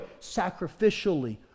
Sacrificially